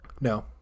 No